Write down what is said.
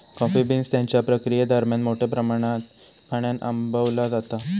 coffee beans त्यांच्या प्रक्रियेदरम्यान मोठ्या प्रमाणात पाण्यान आंबवला जाता